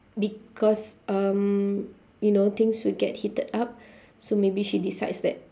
because um you know things will get heated up so maybe she decides that